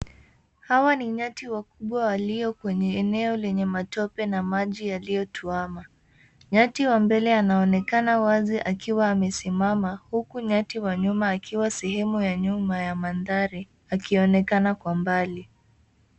Hawa ni nyati wakubwa walio kwenye eneo lenye matope na maji yaliyo tuwama. Nyati wa mbele anaonekana wazi akiwa amesimama huku nyati wa nyuma akiwa sehemeu ya nyuma ya mandhari akionekana kwa mbali.